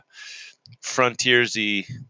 frontiersy